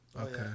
Okay